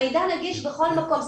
המידע נגיש בכל מקום.